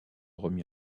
remis